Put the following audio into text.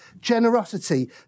generosity